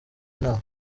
inama